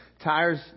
Tires